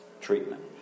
treatment